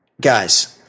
guys